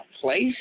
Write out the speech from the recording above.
place